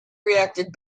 reacted